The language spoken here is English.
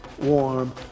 warm